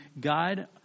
God